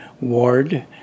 Ward